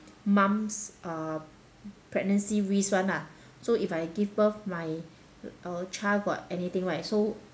mum's uh pregnancy risk [one] lah so if I give birth my uh child got anything right so